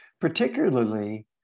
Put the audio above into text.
particularly